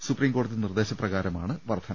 supreme കോടതി നിർദ്ദേശപ്ര കാരമാണ് വർദ്ധന